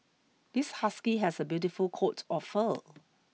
this husky has a beautiful coat of fur